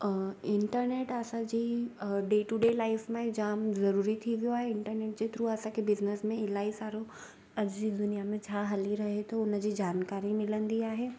internet असांजी day to day life में जाम ज़रूरी थी वियो आहे इंटरनेट जे थ्रू असांखे बिज़नस में इलाही सारो अॼु जी दुनिया में छा हली रहे थो हुन जी जानकारी मिलंदी आहे